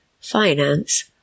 finance